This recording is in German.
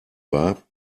war